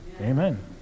Amen